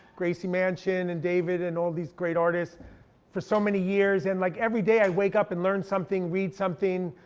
gracie mansion, and david, and all these great artists for so many years, and like every day i wake up and learn something, read something.